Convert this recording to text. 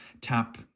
tap